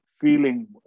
feeling